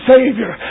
Savior